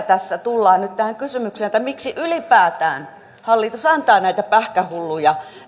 tässä tullaan nyt tähän kysymykseen miksi ylipäätään hallitus antaa näitä pähkähulluja